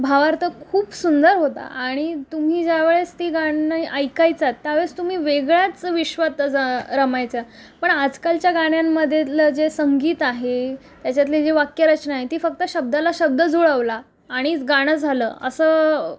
भावार्थ खूप सुंदर होता आणि तुम्ही ज्या वेळेस ती गाणी ऐकायचात त्या वेळेस तुम्ही वेगळ्याच विश्वात जा रमायचा पण आजकालच्या गाण्यांमधेदलं जे संगीत आहे त्याच्यातली जी वाक्यरचना आहे ती फक्त शब्दाला शब्द जुळवला आणि गाणं झालं असं